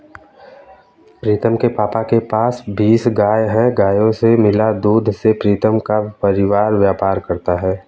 प्रीतम के पापा के पास बीस गाय हैं गायों से मिला दूध से प्रीतम का परिवार व्यापार करता है